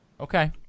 Okay